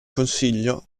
consiglio